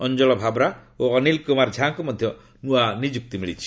ଅଞ୍ଚଳ ଭାବରା ଓ ଅନୀଲ କୁମାର ଝାଙ୍କୁ ମଧ୍ୟ ନୂଆ ନିଯୁକ୍ତି ମିଳିଛି